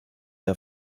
der